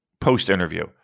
post-interview